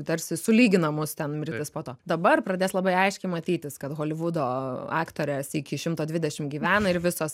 tarsi sulygina mus ten mirtis po to dabar pradės labai aiškiai matytis kad holivudo aktorės iki šimto dvidešim gyvena ir visos